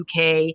UK